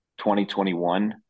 2021